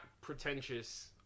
pretentious